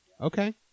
Okay